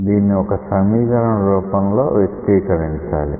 దీన్ని ఒక సమీకరణ రూపంలో వ్యక్తీకరించాలి